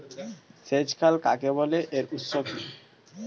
সেচ খাল কাকে বলে এর উৎস কি?